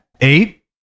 eight